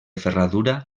ferradura